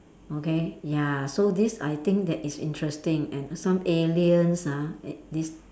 okay ya so this I think that is interesting and some aliens ah this